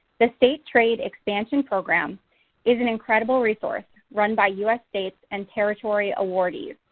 the state trade expansion program is an incredible resource run by us states and territorial awardees.